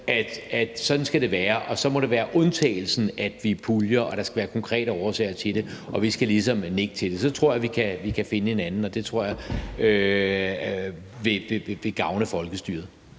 at sådan skal det være, og så må det være undtagelsen, at vi puljer, og der skal være konkrete årsager til det, og vi skal ligesom nikke til det. Så tror jeg, vi kan finde hinanden, og det tror jeg vil gavne folkestyret.